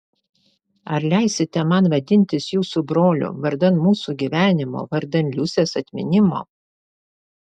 ar leisite man vadintis jūsų broliu vardan mūsų gyvenimo vardan liusės atminimo